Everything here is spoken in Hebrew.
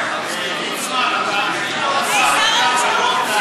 ליצמן, אדוני שר הבריאות,